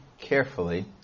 carefully